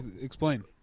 explain